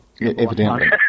Evidently